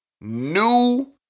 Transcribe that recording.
new